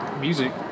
music